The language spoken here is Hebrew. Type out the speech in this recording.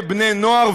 בגיל 38,